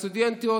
הסטודנטיות,